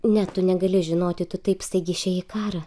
ne tu negali žinoti tu taip staigiai išėjai į karą